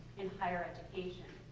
in higher education.